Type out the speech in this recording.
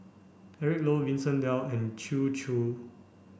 Eric Low Vincent Leow and Chew Choo